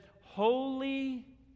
holy